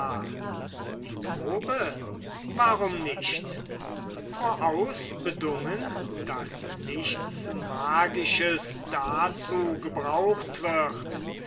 die probe warum nicht voraus bedungen daß nichts magisches dazu gebraucht wird